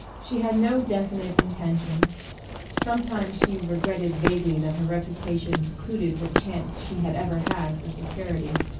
she had no definite intentions sometimes she regretted vaguely that her reputation precluded what chance she had ever had for security.